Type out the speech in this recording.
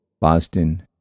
Boston